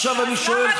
עכשיו אני שואל,